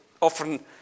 often